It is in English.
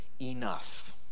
enough